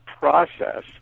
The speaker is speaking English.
process